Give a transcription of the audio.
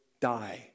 die